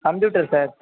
computer sir